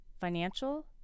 Financial